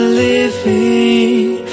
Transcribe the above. living